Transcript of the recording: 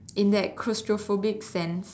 in that claustrophobic sense